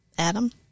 Adam